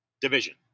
division